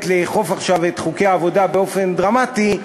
לאכוף עכשיו את חוקי העבודה באופן דרמטי,